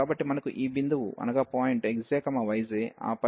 కాబట్టి మనకు ఈ బిందువు xj yj ఆపై fxj yjవంటిది